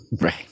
Right